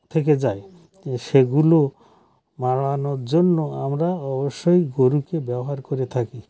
থেকে যায় সেগুলো মারানোর জন্য আমরা অবশ্যই গরুকে ব্যবহার করে থাকি